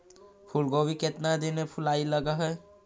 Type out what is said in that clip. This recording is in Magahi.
फुलगोभी केतना दिन में फुलाइ लग है?